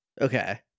okay